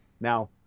Now